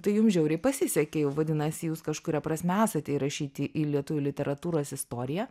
tai jum žiauriai pasisekė jau vadinasi jūs kažkuria prasme esate įrašyti į lietuvių literatūros istoriją